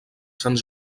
sant